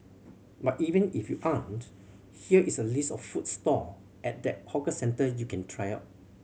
but even if you aren't here is a list of food stall at that hawker centre you can try out